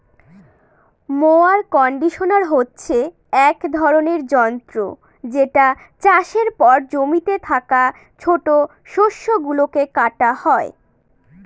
mower conditioner হচ্ছে এক ধরনের যন্ত্র যেটা চাষের পর জমিতে থাকা ছোট শস্য গুলোকে কাটা হয়